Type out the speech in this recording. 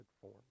form